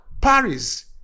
Paris